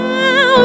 Now